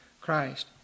Christ